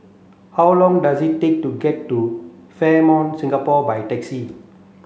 how long does it take to get to Fairmont Singapore by taxi